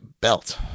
belt